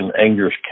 Angers